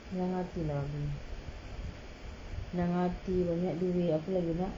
senang hati lah senang hati banyak duit apa lagi nak